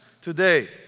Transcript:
today